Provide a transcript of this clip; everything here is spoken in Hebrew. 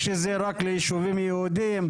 או שזה רק ליישובים ייעודיים?